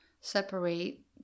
separate